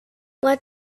what